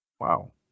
Wow